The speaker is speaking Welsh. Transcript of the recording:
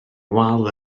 wal